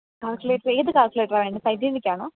calculator ഏത് കാല്ക്കുലേറ്ററാ വേണ്ടത് സൈന്റിഫിക്ക് ആണോ